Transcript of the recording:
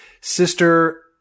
sister